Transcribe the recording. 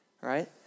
right